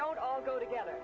don't all go together